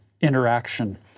interaction